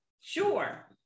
Sure